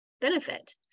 benefit